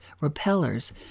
repellers